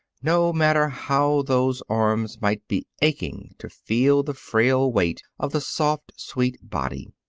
no matter how those arms might be aching to feel the frail weight of the soft, sweet body.